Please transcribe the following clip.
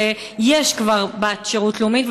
ויש כבר בת שירות לאומי,